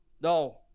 No